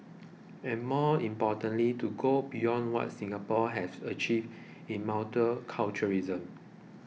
and more importantly to go beyond what Singapore has achieved in multiculturalism